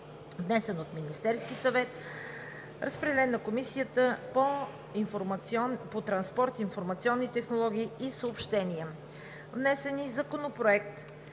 Вносител е Министерският съвет. Разпределен е на Комисията по транспорт, информационни технологии и съобщения. Законопроект